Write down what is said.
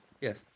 Yes